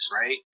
right